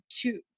two